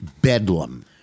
bedlam